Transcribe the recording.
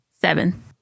Seven